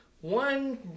one